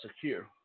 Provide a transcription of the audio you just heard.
secure